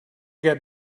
get